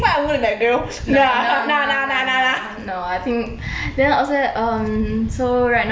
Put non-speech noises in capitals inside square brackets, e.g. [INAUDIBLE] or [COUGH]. na na na na no I think [BREATH] then also um so right now his holidays ah